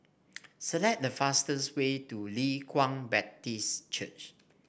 select the fastest way to Leng Kwang Baptist Church